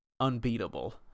unbeatable